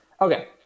Okay